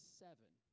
seven